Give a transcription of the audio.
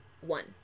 One